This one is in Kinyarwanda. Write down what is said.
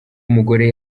umugore